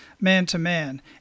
man-to-man